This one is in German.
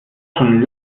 schon